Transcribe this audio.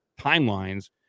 timelines